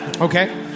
Okay